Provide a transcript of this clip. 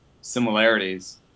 similarities